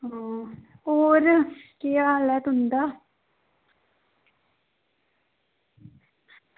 हां होर केह् हाल ऐ तुं'दा